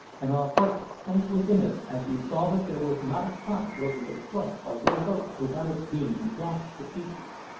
and our hearts sank within us as we saw that there was not a spot where we could thrust our little boat without its being dashed to pieces.